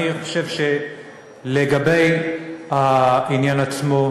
ואני חושב לגבי העניין עצמו,